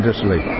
Italy